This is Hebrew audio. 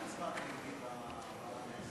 כנסת